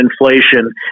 inflation